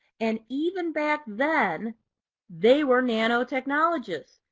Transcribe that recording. and even back then they were nanotechnologists.